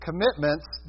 Commitments